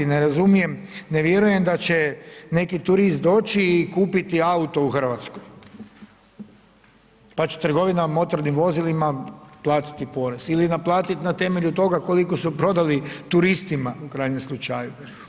Ne razumijem, ne vjerujem da će neki turist doći i kupiti auto u Hrvatskoj, pa će trgovina motornim vozilima platiti porez ili naplatit na temelju toga koliko su prodali turistima u krajnjem slučaju.